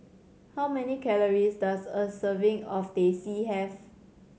how many calories does a serving of Teh C have